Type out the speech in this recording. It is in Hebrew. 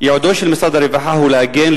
"ייעודו של משרד הרווחה הוא להגן,